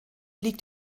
liegt